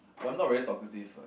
but I'm not very talkative what